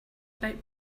about